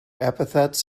epithets